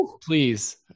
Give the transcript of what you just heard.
please